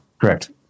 Correct